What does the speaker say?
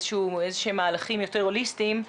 איזשהם מהלכים יותר הוליסטיים.